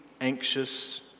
anxious